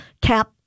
cap